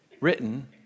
written